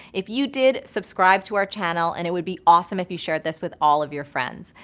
if you did, subscribe to our channel and it would be awesome if you shared this with all of your friends.